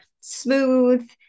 smooth